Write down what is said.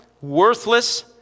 worthless